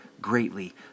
greatly